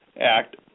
Act